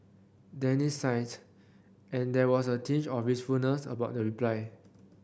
Danny sighed and there was a tinge of wistfulness about the reply